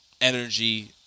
Energy